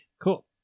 Cool